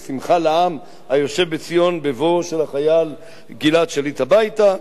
זו שמחה לעם היושב בציון בבואו של החייל גלעד שליט הביתה,